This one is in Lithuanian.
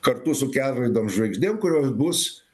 kartu su kelrodėm žvaigždėm kurios bus